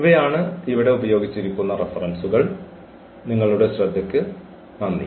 ഇവയാണ് ഇവിടെ ഉപയോഗിച്ചിരിക്കുന്ന റഫറൻസുകൾ നിങ്ങളുടെ ശ്രദ്ധയ്ക്ക് നന്ദി